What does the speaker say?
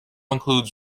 includes